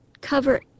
cover